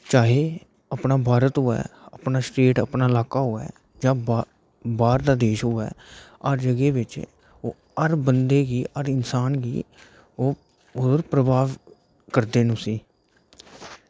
चाहे अपना भारत होऐ जां अपना स्टेट जां ल्काहा होऐ जां बाहरला देश होऐ हर जगह बिच हर बंदे गी हर इन्सान गी ओह् हर प्रभाव करदे न उसी